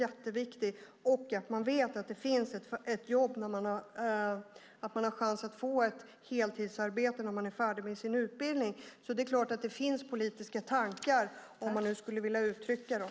Det är också viktigt att veta att man har chans att få ett heltidsarbete när man är färdig med sin utbildning. Det finns politiska tankar, om man vill uttrycka dem.